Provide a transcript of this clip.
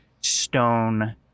stone